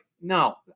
no